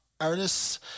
Artists